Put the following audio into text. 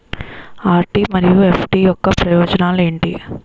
RD మరియు FD యొక్క ప్రయోజనాలు ఏంటి?